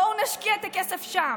בואו נשקיע את הכסף שם,